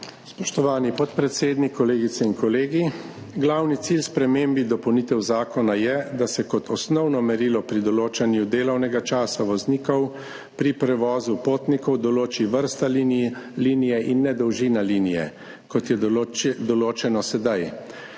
Spoštovani podpredsednik, kolegice in kolegi! Glavni cilj sprememb in dopolnitev zakona je, da se kot osnovno merilo pri določanju delovnega časa voznikov pri prevozu potnikov določi vrsta linije in ne dolžina linije, kot je določeno sedaj.